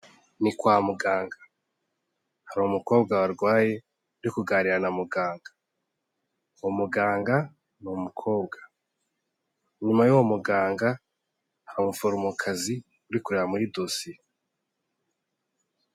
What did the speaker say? Ni kwa muganga, hari umukobwa warwaye uri kuganira na muganga. Uwo muganga ni umukobwa, inyuma y'uwo muganga hari umuforomokazi uri kureba muri dosiye.